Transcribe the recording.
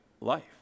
life